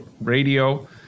radio